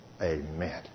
Amen